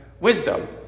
wisdom